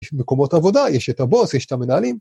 יש מקומות עבודה, יש את הבוס, יש את המנהלים.